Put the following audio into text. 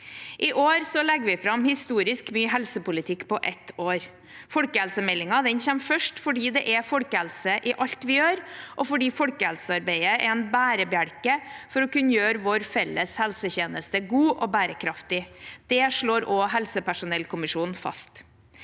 I år legger vi fram historisk mye helsepolitikk på ett år. Folkehelsemeldingen kommer først, fordi det er folkehelse i alt vi gjør, og fordi folkehelsearbeidet er en bærebjelke for å kunne gjøre vår felles helsetjeneste god og bærekraftig. Det slår også helsepersonellkommisjonen fast.